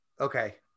Okay